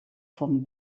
vom